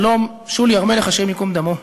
שלום שולי הר-מלך, השם ייקום דמו.